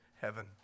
heaven